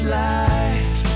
life